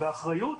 ובאחריות.